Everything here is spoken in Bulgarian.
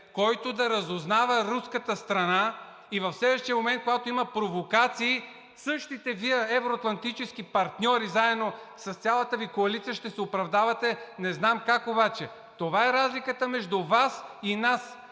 който да разузнава руската страна, и в следващия момент, когато има провокации, същите Ви евро-атлантически партньори заедно с цялата Ви коалиция ще се оправдавате. Не знам как обаче! Това е разликата между Вас и нас.